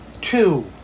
Two